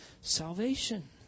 salvation